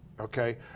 okay